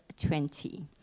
20